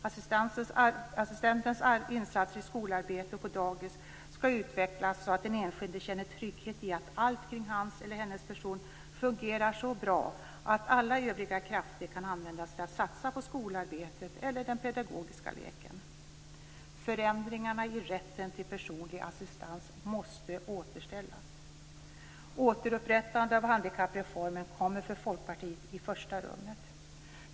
Assistentens insatser i skolarbetet och på dagis skall utvecklas så att den enskilde känner trygghet i att allt kring hans eller hennes person fungerar så bra att alla övriga krafter kan användas till att satsa på skolarbetet eller den pedagogiska leken. Förändringarna i rätten till personlig assistans måste återställas. Återupprättandet av handikappreformen kommer för Folkpartiet i första rummet.